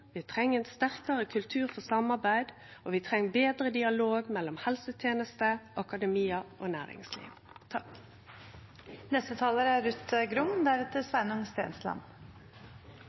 Vi treng interaksjon, vi treng ein sterkare kultur for samarbeid, og vi treng betre dialog mellom helseteneste, akademia og næringsliv. Helsenæringen er